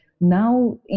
now